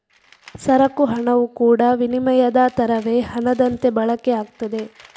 ಸರಕು ಹಣವು ಕೂಡಾ ವಿನಿಮಯದ ತರವೇ ಹಣದಂತೆ ಬಳಕೆ ಆಗ್ತದೆ